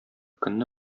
көнне